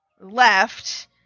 left